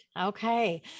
Okay